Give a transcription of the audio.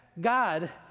God